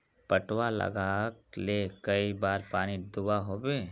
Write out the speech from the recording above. पटवा लगाले कई बार पानी दुबा होबे?